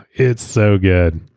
it's so good,